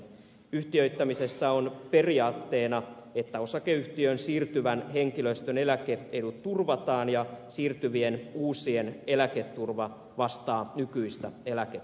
yhtiöittämisessä on periaatteena että osakeyhtiöön siirtyvän henkilöstön eläke edut turvataan ja siirtyvien uusi eläketurva vastaa nykyistä eläketurvaa